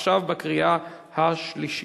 עכשיו בקריאה השלישית.